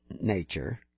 nature